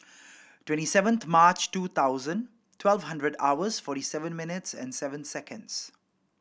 twenty seventh March two thousand twelve hundred hours forty seven minutes and seven seconds